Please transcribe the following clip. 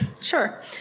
Sure